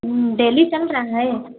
daily चल रहा है